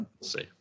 see